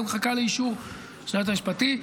והיא מחכה לאישור היועץ המשפטי.